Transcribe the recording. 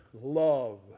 love